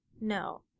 No